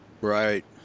Right